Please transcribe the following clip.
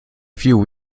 few